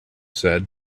said